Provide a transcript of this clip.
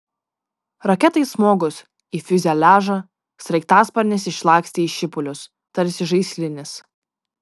raketai smogus į fiuzeliažą sraigtasparnis išlakstė į šipulius tarsi žaislinis